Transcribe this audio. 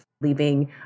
leaving